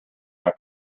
not